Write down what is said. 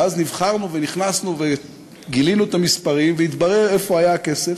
ואז נבחרנו ונכנסנו וגילינו את המספרים והתברר איפה היה הכסף: